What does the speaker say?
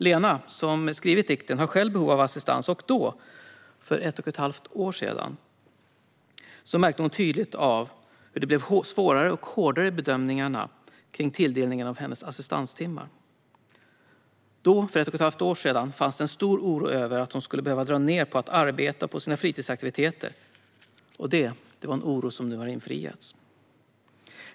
Lena, som skrivit dikten, har själv behov av assistans och då, för ett och ett halvt år sedan, märkte hon tydligt hur det blev svårare och hårdare i bedömningarna av tilldelningen av hennes assistanstimmar. Då, för ett och ett halvt år sedan, fanns det en stor oro över att hon skulle behöva dra ned på att arbeta och på sina fritidsaktiviteter. Det var en oro som nu har infriats.